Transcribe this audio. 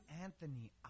Anthony